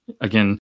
again